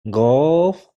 golf